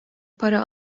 para